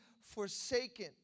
forsaken